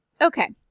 Okay